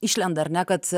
išlenda ar ne kad